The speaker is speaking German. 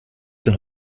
sind